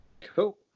Cool